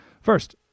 first